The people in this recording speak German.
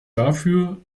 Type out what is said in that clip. dafür